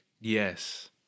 Yes